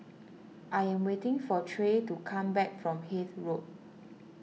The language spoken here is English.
I am waiting for Trey to come back from Hythe Road